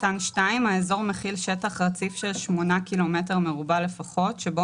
"(2)האזור מכיל שטח רציף של 8 קילומטר מרובע לפחות שבו